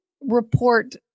report